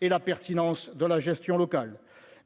et la pertinence de la gestion locale,